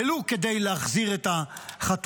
ולו כדי להחזיר את החטופים.